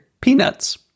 Peanuts